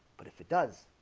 but if it does